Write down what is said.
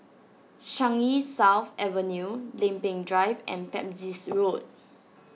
Changi South Avenue Lempeng Drive and Pepys Road